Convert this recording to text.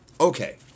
Okay